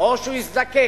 או שהוא יזדקק